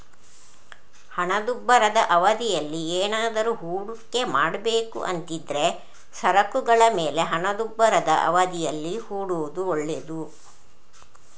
ಹಣದುಬ್ಬರದ ಅವಧಿಯಲ್ಲಿ ಏನಾದ್ರೂ ಹೂಡಿಕೆ ಮಾಡ್ಬೇಕು ಅಂತಿದ್ರೆ ಸರಕುಗಳ ಮೇಲೆ ಹಣದುಬ್ಬರದ ಅವಧಿಯಲ್ಲಿ ಹೂಡೋದು ಒಳ್ಳೇದು